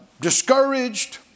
discouraged